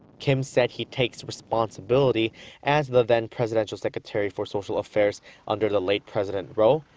kim said he takes responsibility as the then-presidential secretary for social affairs under the late president roh,